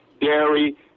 dairy